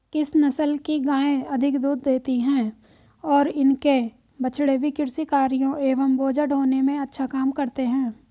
किस नस्ल की गायें अधिक दूध देती हैं और इनके बछड़े भी कृषि कार्यों एवं बोझा ढोने में अच्छा काम करते हैं?